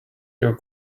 your